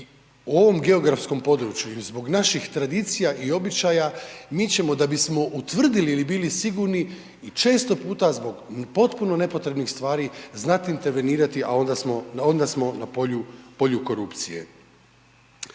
i ovom geografskom području ili zbog naših tradicija i običaja, mi ćemo, da bismo utvrdili ili bili sigurni i često puta zbog potpuno nepotrebnih stvari znati intervenirati, a onda smo na polju korupcije.